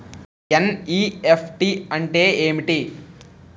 NEFT అంటే ఏమిటి?